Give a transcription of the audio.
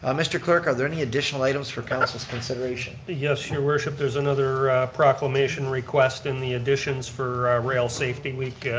ah mr. clerk, are there any additional items for council's consideration? yes, your worship, there's another proclamation request in the additions for rail safety week,